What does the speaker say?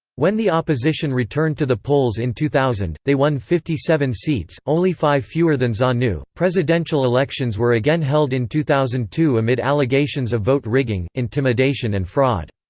when the opposition returned to the polls in two thousand, they won fifty seven seats, only five fewer than zanu presidential elections were again held in two thousand and two amid allegations of vote-rigging, intimidation and fraud.